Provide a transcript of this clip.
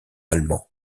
allemand